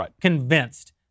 convinced